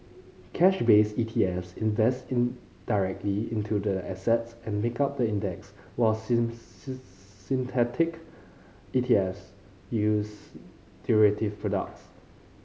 cash based E T Fs invest directly into the assets and make up the index while synthetic E T Fs use derivative products